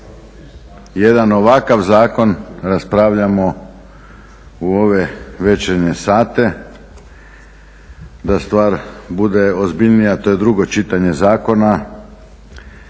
jedan ovakav zakon raspravljamo u ove večernje sate, da stvar bude ozbiljnija to je drugo čitanje zakona.